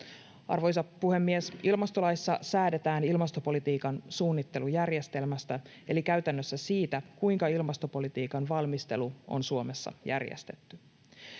Arvoisa puhemies! Ilmastolaissa säädetään ilmastopolitiikan suunnittelujärjestelmästä eli käytännössä siitä, kuinka ilmastopolitiikan valmistelu on Suomessa järjestetty.